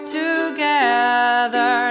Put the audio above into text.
together